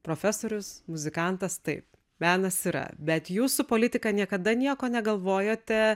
profesorius muzikantas taip menas yra bet jūs su politika niekada nieko negalvojote